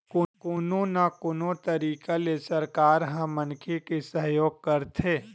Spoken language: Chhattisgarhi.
कोनो न कोनो तरिका ले सरकार ह मनखे के सहयोग करथे